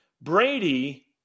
Brady